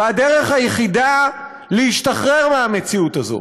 הדרך היחידה להשתחרר מהמציאות הזו